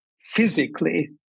physically